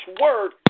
word